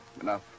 Enough